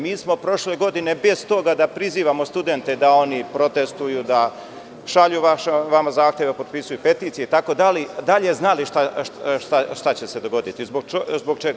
Mi smo prošle godine, bez toga da prizivamo studente da oni protestuju, da šalju vama zahteve i da potpisuju peticije, i dalje znali šta će se dogoditi i zbog čega.